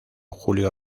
julio